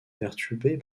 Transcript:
perturbée